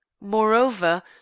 Moreover